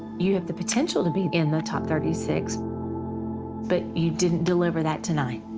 you have the potential to be in the top thirty six but you didn't deliver that tonight.